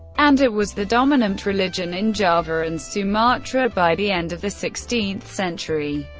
and it was the dominant religion in java and sumatra by the end of the sixteenth century.